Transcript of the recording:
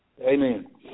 Amen